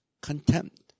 contempt